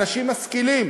אנשים משכילים.